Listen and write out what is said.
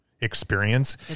experience